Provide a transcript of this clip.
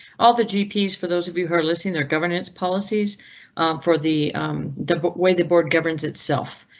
all the gps for those who heard listing their governance policies for the the but way the board governs itself,